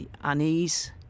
unease